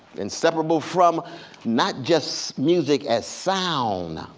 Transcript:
inseparable from not just music as sound